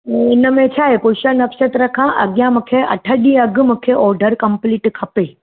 हिन में छा आहे पुष्य नक्षत्र खां अॻियां मूंखे अठ ॾींहुं अॻु मूंखे ऑढर कंप्लीट खपे